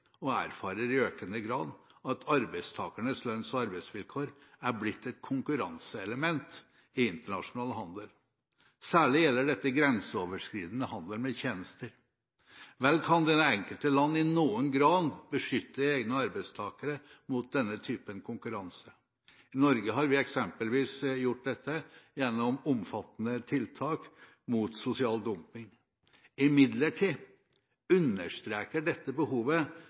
og erfarer i økende grad at arbeidstakernes lønns- og arbeidsvilkår er blitt et konkurranseelement i internasjonal handel, noe som særlig gjelder grenseoverskridende handel med tjenester. Vel kan det enkelte land i noen grad beskytte egne arbeidstakere mot denne typen konkurranse. I Norge har vi eksempelvis gjort dette gjennom omfattende tiltak mot sosial dumping. Imidlertid understreker dette behovet